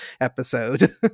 episode